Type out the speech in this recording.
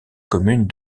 commune